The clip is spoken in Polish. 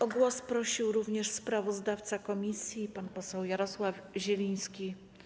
O głos prosił również sprawozdawca komisji, pan poseł Jarosław Zieliński.